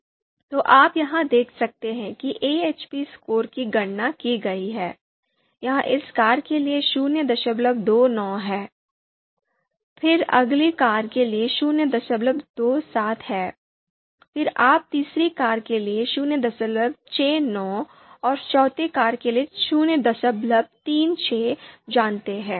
तो आप यहाँ देख सकते हैं कि AHP स्कोर की गणना की गई है यह इस कार के लिए 029 है फिर अगली कार के लिए 027 है फिर आप तीसरी कार के लिए 069 और चौथी कार के लिए 036 जानते हैं